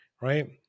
Right